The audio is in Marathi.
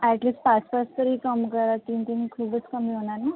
ॲट लिस्ट पाच पाच तरी कमी करा तीन तीन खूपच कमी होणार ना